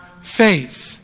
faith